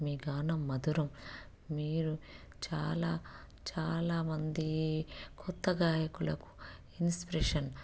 మీ గానం మధురం మీరు చాలా చాలా మంది కొత్త గాయకులకు ఇన్స్పిరేషన్